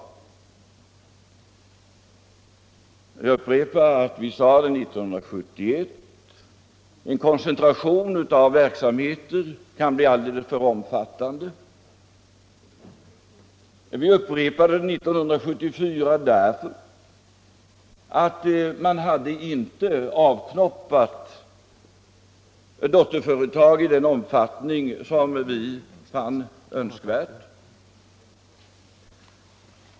Vi sade 1971 att en koncentration av verksamheter kan bli alldeles för omfattande. Vi upprepade det 1974 därför att man inte hade ”avknoppat” dotterföretag i den omfattning som vi fann önskvärt.